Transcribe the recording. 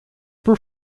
por